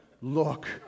look